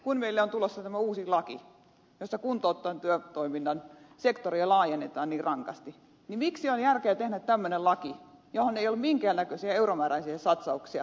kun meille on tulossa tämä uusi laki jossa kuntouttavan työtoiminnan sektoria laajennetaan niin rankasti niin miksi on järkeä tehdä tämmöinen laki jonka toteuttamiseen ei ole minkään näköisiä euromääräisiä satsauksia